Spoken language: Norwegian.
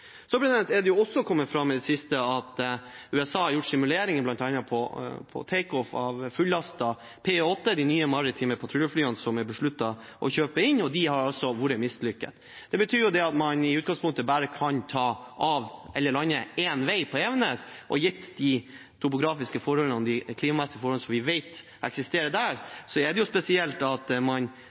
Så er det også kommet fram i det siste at USA har gjort simuleringer bl.a. av takeoff av fullastede P8, de nye maritime patruljeflyene som er besluttet kjøpt inn, og de har vært mislykket. Det betyr jo at man i utgangspunktet bare kan ta av eller lande én vei på Evenes, og gitt de topografiske og klimamessige forholdene som vi vet eksisterer der, er det spesielt at man